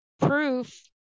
proof